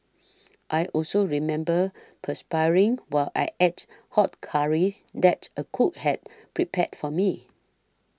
I also remember perspiring while I ate hot curry that a cook had prepared for me